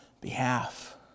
behalf